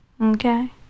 Okay